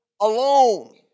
alone